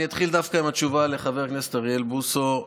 אני אתחיל דווקא בתשובה לחבר הכנסת אוריאל בוסו.